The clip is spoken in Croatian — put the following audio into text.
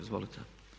Izvolite.